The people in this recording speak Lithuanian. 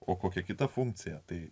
o kokia kita funkcija tai